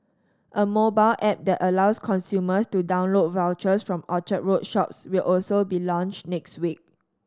a mobile app that allows consumers to download vouchers from Orchard Road shops will also be launched next week